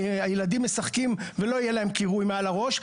שבהם הילדים משחקים ולא יהיה להם קירוי מעל הראש,